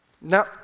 Now